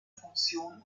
funktion